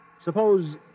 Suppose